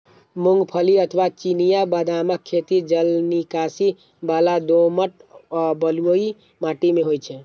मूंगफली अथवा चिनिया बदामक खेती जलनिकासी बला दोमट व बलुई माटि मे होइ छै